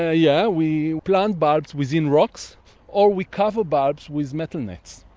ah yeah we plant bulbs within rocks or we cover bulbs with metal nets,